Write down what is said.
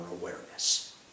awareness